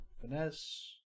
finesse